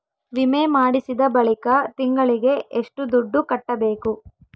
ವಿಮೆ ಮಾಡಿಸಿದ ಬಳಿಕ ತಿಂಗಳಿಗೆ ಎಷ್ಟು ದುಡ್ಡು ಕಟ್ಟಬೇಕು?